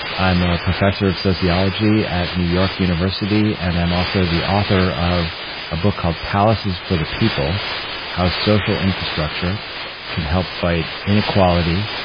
i'm a professor of sociology at new york university and i'm also the author of a book called palaces for the people how social infrastructure can help fight inequality,